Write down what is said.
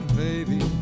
baby